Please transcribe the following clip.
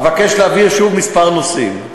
אבקש להבהיר שוב כמה נושאים.